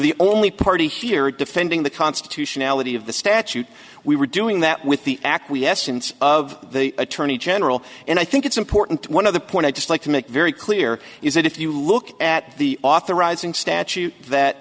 the only party here defending the constitutionality of the statute we were doing that with the acquiescence of the attorney general and i think it's important one of the point i'd just like to make very clear is that if you look at the authorizing statute that